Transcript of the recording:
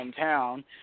hometown